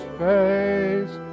face